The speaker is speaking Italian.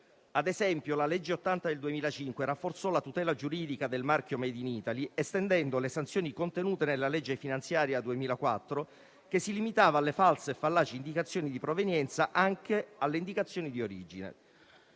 Ad esempio, la legge n. 80 del 2005 rafforzò la tutela giuridica del marchio "*Made in Italy*", estendendo le sanzioni contenute nella legge finanziaria 2004, che si limitava alle false e fallaci indicazioni di provenienza anche alle indicazioni di origine;